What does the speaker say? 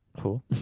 Cool